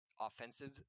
offensive